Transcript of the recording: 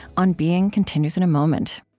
on being continues in a moment